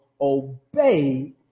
obey